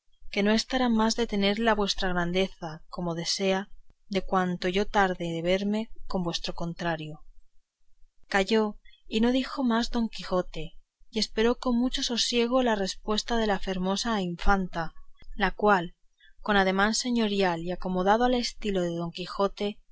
que no está más de tenerla vuestra grandeza como desea de cuanto yo tarde de verme con vuestro contrario calló y no dijo más don quijote y esperó con mucho sosiego la respuesta de la fermosa infanta la cual con ademán señoril y acomodado al estilo de don quijote